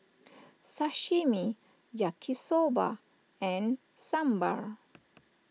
Sashimi Yaki Soba and Sambar